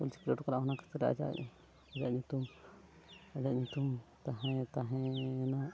ᱚᱞᱤᱠᱤ ᱩᱰᱩᱠ ᱞᱮᱜᱼᱟᱭ ᱚᱱᱟ ᱠᱷᱟᱹᱛᱤᱨ ᱟᱭᱟᱜ ᱟᱭᱟᱜ ᱧᱩᱛᱩᱢ ᱟᱭᱟᱜ ᱧᱩᱛᱩᱢ ᱛᱟᱦᱮᱸ ᱛᱟᱦᱮᱸᱭᱮᱱᱟ